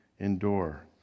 endure